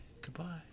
goodbye